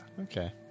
Okay